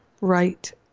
right